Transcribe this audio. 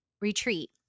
retreat